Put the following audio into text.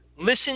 Listen